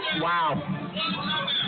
wow